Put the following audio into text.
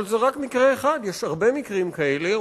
אבל זה רק מקרה אחד ויש הרבה מקרים כאלה.